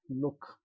Look